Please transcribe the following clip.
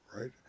right